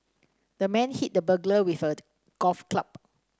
the man hit the burglar with a golf club